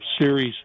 series